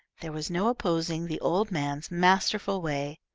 there was no opposing the old man's masterful way.